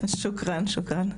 זה ביטוי יפה,